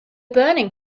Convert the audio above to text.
burning